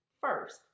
first